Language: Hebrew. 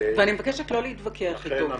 אני מבקשת לא להתווכח אתו.